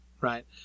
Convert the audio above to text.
right